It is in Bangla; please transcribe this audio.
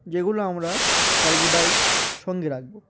যেগুলো আমরা সর্বদাই সঙ্গে রাকব